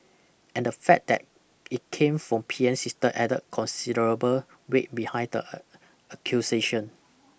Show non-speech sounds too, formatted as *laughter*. and the fact that it came from P M's sister added considerable weight behind the *unintelligible* accusation